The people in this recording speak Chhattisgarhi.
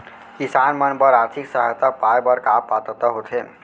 किसान मन बर आर्थिक सहायता पाय बर का पात्रता होथे?